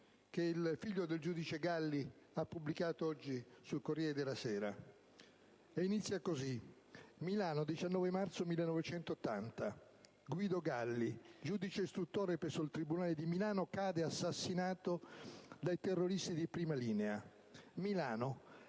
del figlio del giudice Galli pubblicata oggi sul «Corriere della Sera», che inizia così: «Milano, 19 marzo 1980: Guido Galli, giudice istruttore presso il tribunale di Milano, cade assassinato dai terroristi di Prima Linea. Milano,